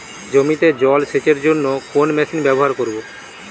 জমিতে জল সেচের জন্য কোন মেশিন ব্যবহার করব?